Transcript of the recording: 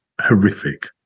horrific